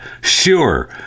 Sure